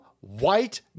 white